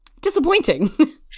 disappointing